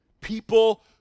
People